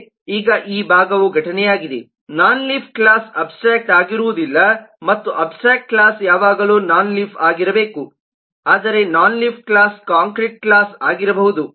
ಈಗ ಈ ಭಾಗವು ಘಟನೆಯಾಗಿದೆ ನಾನ್ ಲೀಫ್ ಕ್ಲಾಸ್ ಅಬ್ಸ್ಟ್ರ್ಯಾಕ್ಟ್ ಆಗಿರುವುದಿಲ್ಲ ಮತ್ತು ಅಬ್ಸ್ಟ್ರ್ಯಾಕ್ಟ್ ಕ್ಲಾಸ್ ಯಾವಾಗಲೂ ನಾನ್ ಲೀಫ್ ಆಗಿರಬೇಕು ಆದರೆ non leaf class concrete class ಆಗಿರಬಹುದು